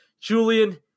Julian